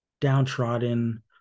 downtrodden